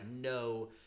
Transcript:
no